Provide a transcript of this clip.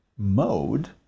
mode